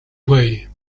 way